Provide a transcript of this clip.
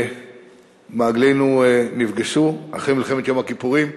מעגלינו נפגשו אחרי מלחמת יום הכיפורים.